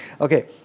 Okay